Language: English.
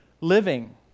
living